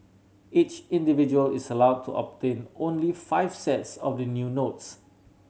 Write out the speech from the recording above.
each individual is allowed to obtain only five sets of the new notes